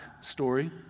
story